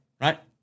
right